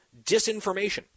disinformation